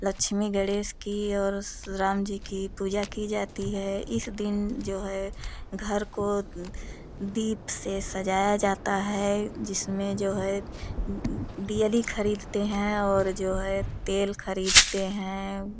लक्ष्मी गणेश की और राम जी की पूजा की जाती है इस दिन जो है घर को दीप से सजाया जाता है जिसमें जो है दियली खरीदते हैं और जो है तेल खरीदते हैं